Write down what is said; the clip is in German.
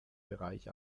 bereich